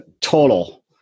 total